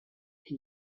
chi